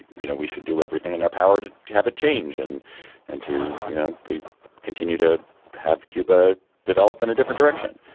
you know, we should do everything in our power to have a change. and and to, you know, we continue to have cuba develop in a different direction.